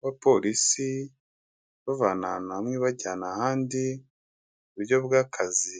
b'abapolisi ibavana ahantu hamwe ibajyana ahandi mu buryo bw'akazi.